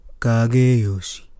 Kageyoshi